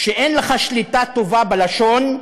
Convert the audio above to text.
כשאין לך שליטה טובה בלשון,